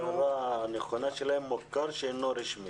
--- ההגדרה הנכונה שלהם: מוכר שאין רשמי.